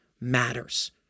matters